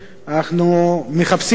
אנחנו מחפשים דרך,